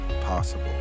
possible